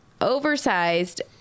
oversized